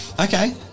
Okay